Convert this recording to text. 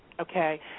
Okay